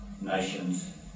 nations